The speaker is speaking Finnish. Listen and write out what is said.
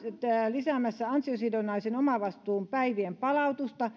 lisäämässä ansiosidonnaisen omavastuupäivien palautuksen